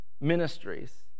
ministries